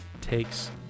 takes